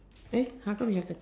eh how come you have the